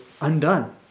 undone